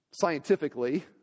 scientifically